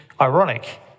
ironic